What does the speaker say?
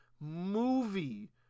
movie